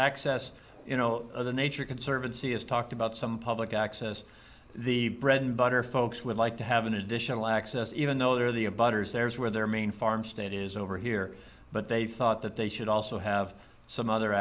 access you know the nature conservancy has talked about some public access the bread and butter folks would like to have an additional access even though they're the above hers there's where their main farm state is over here but they thought that they should also have some other